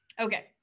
okay